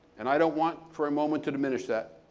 and i don't want for a moment to diminish that,